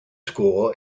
school